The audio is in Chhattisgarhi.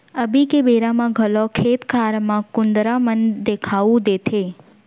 अभी के बेरा म घलौ खेत खार म कुंदरा मन देखाउ देथे